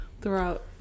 throughout